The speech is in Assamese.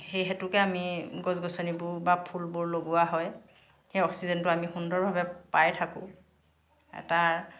সেই হেতুকে আমি গছ গছনিবোৰ বা ফুলবোৰ লগোৱা হয় সেই অক্সিজেনটো আমি সুন্দৰভাৱে পাই থাকোঁ আৰু তাৰ